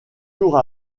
jours